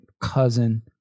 cousin